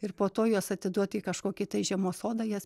ir po to juos atiduoti į kažkokį tai žiemos sodą jas